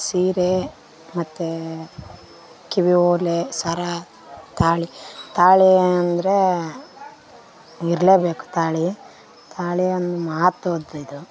ಸೀರೆ ಮತ್ತು ಕಿವಿಯೋಲೆ ಸರ ತಾಳಿ ತಾಳಿ ಅಂದರೆ ಇರಲೇಬೇಕು ತಾಳಿ ತಾಳಿಯನ್ನು ಮಹತ್ವದ ಇದು